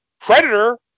Predator